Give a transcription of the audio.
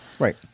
Right